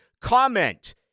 comment